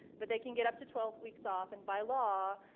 but they can get up to twelve weeks off, and by law,